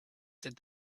said